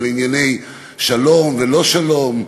על ענייני שלום ולא-שלום,